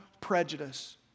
prejudice